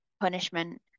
punishment